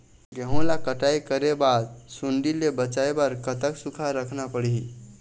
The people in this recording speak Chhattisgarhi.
गेहूं ला कटाई करे बाद सुण्डी ले बचाए बर कतक सूखा रखना पड़ही?